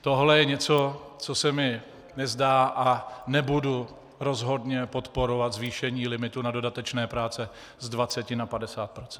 Tohle je něco, co se mi nezdá, a nebudu rozhodně podporovat zvýšení limitu na dodatečné práce z 20 na 50 %.